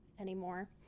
anymore